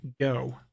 go